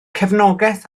cefnogaeth